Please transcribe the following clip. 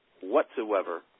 whatsoever